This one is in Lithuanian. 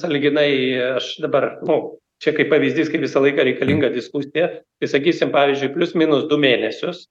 sąlyginai aš dabar nu čia kaip pavyzdys kai visą laiką reikalinga diskusija tai sakysim pavyzdžiui plius minus du mėnesius